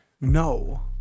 No